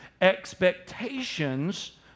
expectations